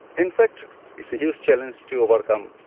in fact is a huge challenge to overcome.